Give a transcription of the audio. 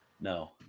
No